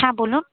হ্যাঁ বলুন